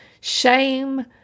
Shame